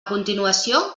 continuació